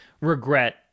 regret